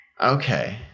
Okay